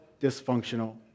dysfunctional